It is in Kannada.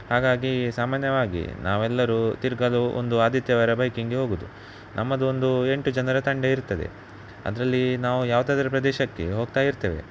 ಹಾಗಾಗಿ ಸಾಮಾನ್ಯವಾಗಿ ನಾವೆಲ್ಲರೂ ತಿರ್ಗದು ಒಂದು ಆದಿತ್ಯವಾರ ಬೈಕಿಂಗ್ಗೆ ಹೋಗೋದು ನಮ್ಮದೊಂದು ಎಂಟು ಜನರ ತಂಡ ಇರ್ತದೆ ಅದರಲ್ಲಿ ನಾವು ಯಾವುದಾದರು ಪ್ರದೇಶಕ್ಕೆ ಹೋಗ್ತಾ ಇರ್ತೇವೆ